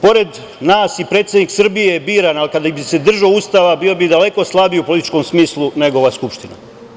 Pored nas i predsednik Srbije je biran, ali kada bi se držao Ustava bio bi daleko slabiji u političkom smislu, nego ova Skupština.